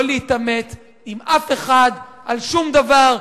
לא להתעמת עם אף אחד על שום דבר,